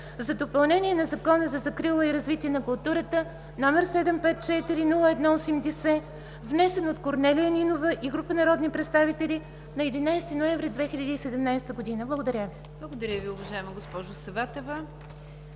за допълнение на Закона за закрила и развитие на културата, № 754-01-80, внесен от Корнелия Нинова и група народни представители на 17 ноември 2017 г.“ ПРЕДСЕДАТЕЛ НИГЯР ДЖАФЕР: Благодаря Ви, уважаема госпожо Саватева.